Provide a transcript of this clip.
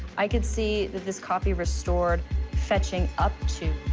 i could see that this copy restored fetching up to